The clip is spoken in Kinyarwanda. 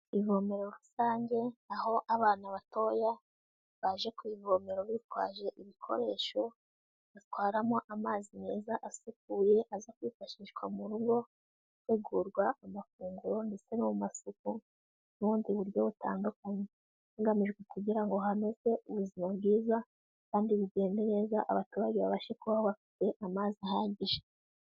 Ivomero rusange aho abana batoya baje kwivomero bitwaje ibikoresho batwaramo amazi meza asukuye aza kwifashishwa mu rugo, hategurwa amafunguro, ndetse no mu masuku n'ubundi buryo butandukanye hagamijwe kugira ngo hanozwe ubuzima bwiza kandi bigende neza, abaturage babashe kubaho bafite amazi ahagije.